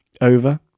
over